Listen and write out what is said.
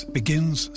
begins